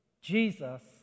Jesus